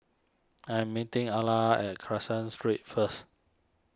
I am meeting Alla at Caseen Street first